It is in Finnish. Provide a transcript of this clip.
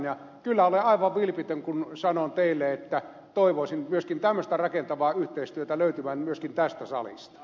kyllä olen aivan vilpitön kun sanon teille että toivoisin myöskin tämmöistä rakentavaa yhteistyötä löytyvän myöskin tästä salista